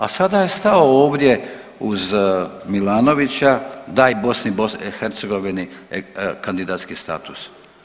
A sada je stao ovdje uz Milanovića, daj BiH kandidacijski status.